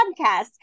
podcast